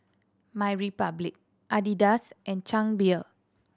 MyRepublic Adidas and Chang Beer